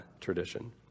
tradition